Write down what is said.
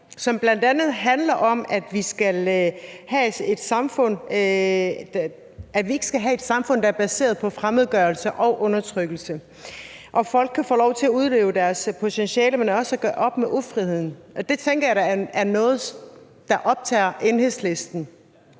som bl.a. handler om, at vi ikke skal have et samfund, der er baseret på fremmedgørelse og undertrykkelse, og hvor folk kan få lov til at udleve deres potentiale, og hvor der gøres op med ufriheden. Det tænker jeg da er noget, der optager Enhedslisten.